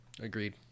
Agreed